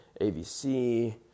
ABC